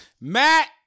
Matt